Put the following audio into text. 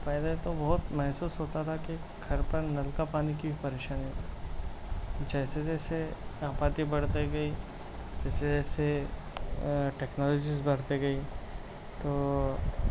پہلے تو بہت محسوس ہوتا تھا کہ گھر پر نل کا پانی کی پریشانی جیسے جیسے آبادی بڑھتی گئی ویسے ویسے آ ٹیکنالوجیز بڑھتی گئی تو